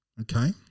okay